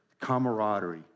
camaraderie